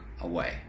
away